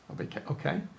Okay